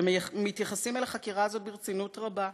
ומתייחסים אל החקירה הזאת ברצינות רבה.